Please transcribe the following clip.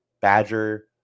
Badger